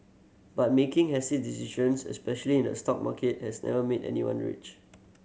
but making hasty decisions especially in the stock market has never made anyone rich